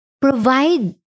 Provide